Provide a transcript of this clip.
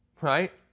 right